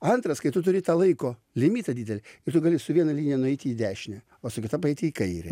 antras kai tu turi tą laiko limitą didelį ir tu gali su viena linija nueiti į dešinę o su kita paeiti į kairę